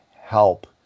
help